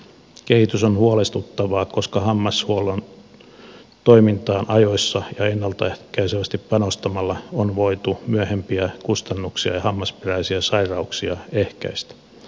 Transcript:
kehitys on huolestuttavaa koska hammashuollon toimintaan ajoissa ja ennaltaehkäisevästi panostamalla on voitu myöhempiä kustannuksia ja hammasperäisiä sairauksia ehkäistä